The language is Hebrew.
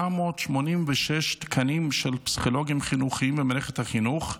986 תקנים של פסיכולוגים חינוכיים במערכת החינוך,